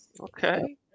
Okay